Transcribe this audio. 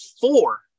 four